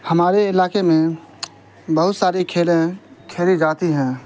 ہمارے علاقے میں بہت ساری کھیلیں کھیلی جاتی ہیں